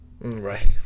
Right